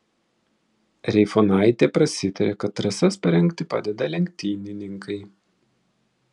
reifonaitė prasitarė kad trasas parengti padeda lenktynininkai